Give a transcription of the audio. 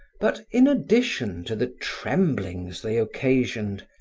but in addition to the tremblings they occasioned,